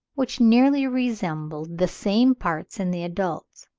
which nearly resembled the same parts in the adults.